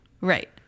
Right